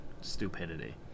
stupidity